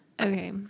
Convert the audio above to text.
Okay